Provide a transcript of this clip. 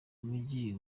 mujyi